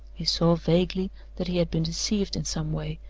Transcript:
he saw vaguely that he had been deceived in some way,